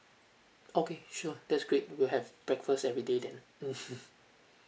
okay sure that's great we'll have breakfast everyday then